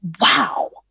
wow